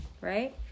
right